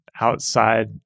outside